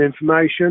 information